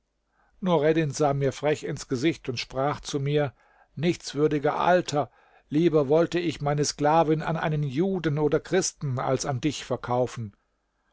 nureddin sah mir frech ins gesicht und sprach zu mir nichtswürdiger alter lieber wollte ich meine sklavin an einen juden oder christen als an dich verkaufen